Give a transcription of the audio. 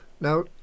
now